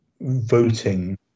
voting